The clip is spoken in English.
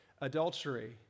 adultery